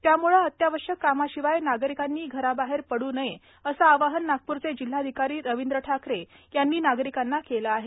त्यामुळे अत्यावश्यक कामाशिवाय नागरिकांनी घराबाहेर पडू नये असे आवाहन नागपूरचे जिल्हाधिकारी रवींद्र ठाकरे यांनी नागरिकांना केले आहे